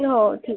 हो ठीक